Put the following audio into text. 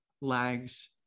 lags